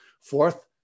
Fourth